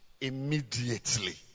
Immediately